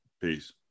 Peace